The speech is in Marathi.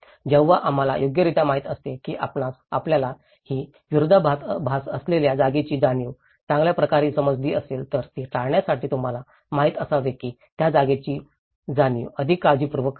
जेव्हा आम्हाला योग्यरित्या माहित असते की आपल्याला ही विरोधाभास असलेल्या जागेची जाणीव चांगल्याप्रकारे समजली असेल तर ती टाळण्यासाठी तुम्हाला माहित असावे की त्या जागेची जाणीव अधिक काळजीपूर्वक करा